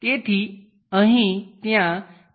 તેથી અહીં ત્યાં ડેશ લાઈન હોવી જોઈએ